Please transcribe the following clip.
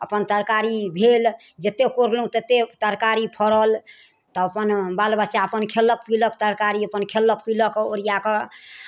अपन तरकारी भेल जतेक कोरलहुँ ततेक तरकारी फड़ल तऽ अपन बाल बच्चा अपन खयलक पीलक तरकारी अपन खयलक पीलक ओरिआ कऽ